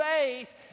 faith